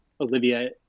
Olivia